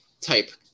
type